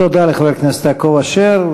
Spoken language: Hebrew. תודה לחבר הכנסת יעקב אשר,